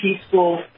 peaceful